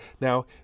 Now